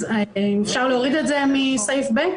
אז אולי אפשר להוריד את זה מתקנת משנה (ב).